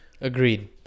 agreed